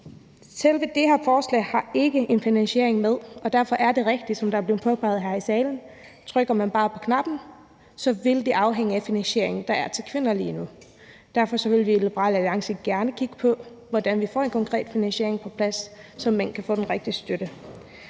Selve forslaget har ikke en finansiering med, og derfor er det rigtigt, som det er blevet påpeget her i salen, at trykker man bare på knappen, vil det afhænge af finansieringen, der er til kvinder lige nu. Derfor vil vi i Liberal Alliance gerne kigge på, hvordan vi får en konkret finansiering på plads, så mænd kan få den rigtige støtte.